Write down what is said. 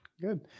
Good